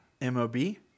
M-O-B